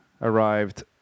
arrived